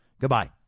Goodbye